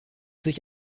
sich